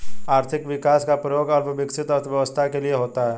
आर्थिक विकास का प्रयोग अल्प विकसित अर्थव्यवस्था के लिए होता है